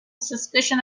suspicion